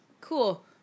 Cool